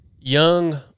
young